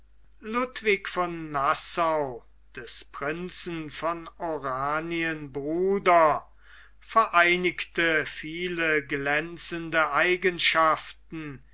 ludwig von nassau des prinzen von oranien bruder vereinigte viele glänzende eigenschaften